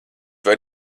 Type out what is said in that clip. var